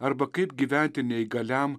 arba kaip gyventi neįgaliam